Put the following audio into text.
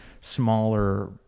smaller